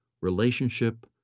Relationship